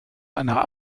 einer